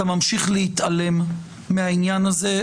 אתה ממשיך להתעלם מהעניין הזה.